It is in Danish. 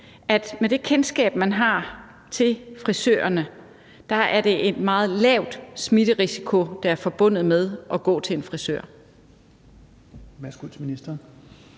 at med det kendskab, man har til frisørerne, er det en meget lav smitterisiko, der er forbundet med at gå til en frisør?